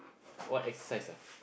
what exercise ah